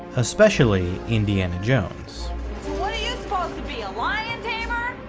especially indiana jones what are you supposed to be, a lion tamer?